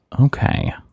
Okay